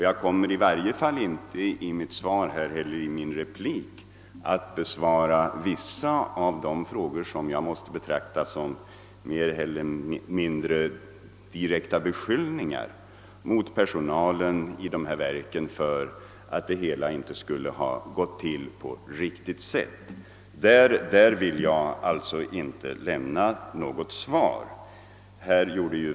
Jag kommer heller inte att i min replik nu besvara de frågor som jag måste betrakta som mer eller mindre direkta beskyllningar mot personalen i de verk det gäller för att det hela inte skulle ha gått riktigt till. Därvidlag vill jag alltså inte lämna något svar.